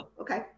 okay